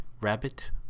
rabbit